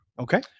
okay